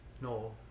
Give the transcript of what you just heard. no